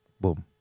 boom